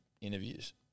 interviews